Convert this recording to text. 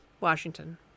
Washington